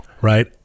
right